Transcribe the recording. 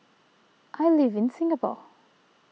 I live in Singapore